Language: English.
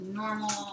normal